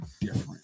different